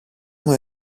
μου